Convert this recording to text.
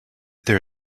there